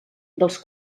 dels